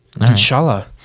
inshallah